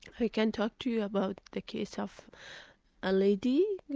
i can talk to you about the case of a lady,